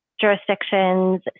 jurisdictions